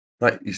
Right